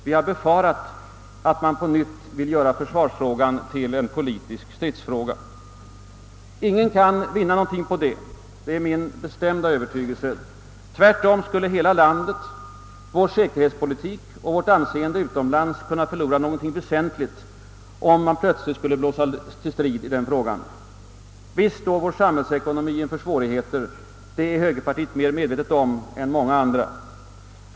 Vi har befarat att man på nytt vill göra försvarsfrågan till en politisk stridsfråga. Ingen kan vinna någonting på det; det är min bestämda övertygelse. Tvärtom skulle hela landet, vår säkerhetspolitik och vårt anseende utomlands kunna förlora någonting väsentligt, om man plötsligt skulle blåsa till strid i den frågan. Visst står vår samhällsekonomi inför svårigheter, det är vi i högerpartiet mera medvetna om än många andra.